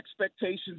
expectations